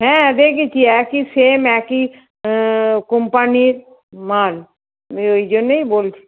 হ্যাঁ দেখেছি একই সেম একই কোম্পানির মাল আমি ওই জন্যেই বলছি